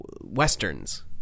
westerns